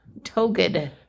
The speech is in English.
Toged